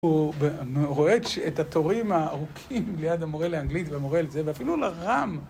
הוא רואה את התורים הארוכים ליד המורה לאנגלית והמורה לזה ואפילו לרם